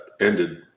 ended